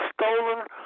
stolen